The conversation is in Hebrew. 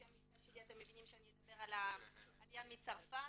לפי המבטא שלי אתם מבינים שאני אדבר על העלייה מצרפת.